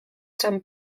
san